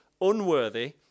unworthy